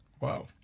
Wow